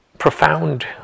profound